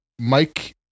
Mike